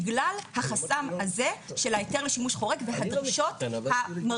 בגלל החסם הזה של ההיתר לשימוש חורג והדרישות המרחיבות.